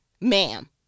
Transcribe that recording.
Ma'am